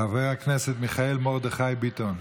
חבר הכנסת מיכאל מרדכי ביטון.